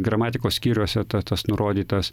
gramatikos skyriuose ta tas nurodytas